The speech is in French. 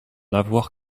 avoir